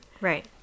Right